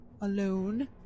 alone